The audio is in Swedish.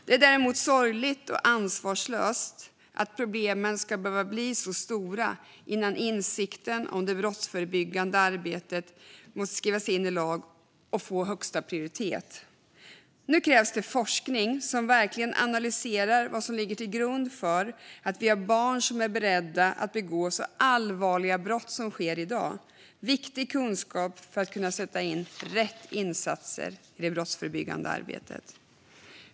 Det är sorgligt och ansvarslöst att problemen ska behöva bli så stora innan insikten om det brottsförebyggande arbetet måste skrivas in i lag och få högsta prioritet. Nu krävs det forskning som verkligen analyserar vad som ligger till grund för att vi har barn som är beredda att begå så allvarliga brott som sker i dag. Det är viktig kunskap för att kunna sätta in rätt insatser i det brottsförebyggande arbetet.